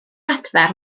adfer